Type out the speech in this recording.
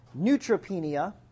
neutropenia